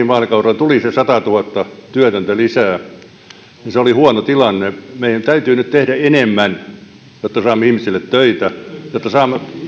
vaalikaudella tuli se satatuhatta työtöntä lisää se oli huono tilanne meidän täytyy nyt tehdä enemmän jotta saamme ihmisille töitä jotta saamme